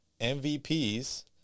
MVPs